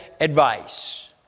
advice